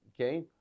okay